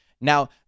Now